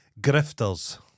Grifters